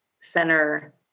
center